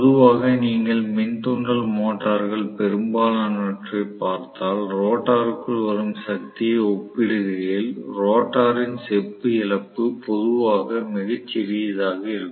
பொதுவாக நீங்கள் மின் தூண்டல் மோட்டார்கள் பெரும்பாலானவற்றை பார்த்தால் ரோட்டருக்குள் வரும் சக்தியை ஒப்பிடுகையில் ரோட்டாரின் செப்பு இழப்பு பொதுவாக மிகச் சிறியதாக இருக்கும்